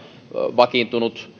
vakiintunut